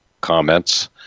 comments